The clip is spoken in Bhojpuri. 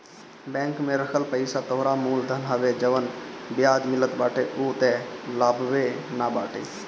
बैंक में रखल पईसा तोहरा मूल धन हवे जवन बियाज मिलत बाटे उ तअ लाभवे न बाटे